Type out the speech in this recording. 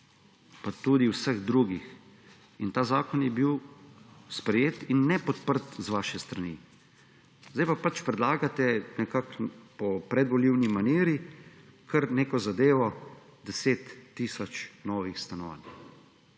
pa tudi vseh drugih. Ta zakon je bil sprejet in nepodprt z vaše strani, zdaj pa pač predlagate nekako po predvolilni maniri kar neko zadevo 10 tisoč novih stanovanj.